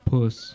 Puss